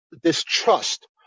distrust